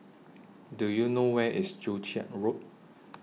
Do YOU know Where IS Joo Chiat Road